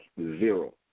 zero